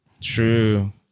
True